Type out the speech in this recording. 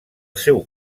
seu